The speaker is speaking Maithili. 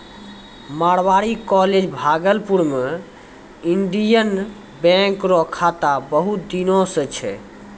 मारवाड़ी कॉलेज भागलपुर मे इंडियन बैंक रो शाखा बहुत दिन से छै